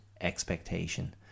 expectation